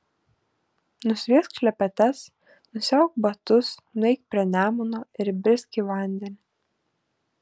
nusviesk šlepetes nusiauk batus nueik prie nemuno ir įbrisk į vandenį